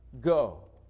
go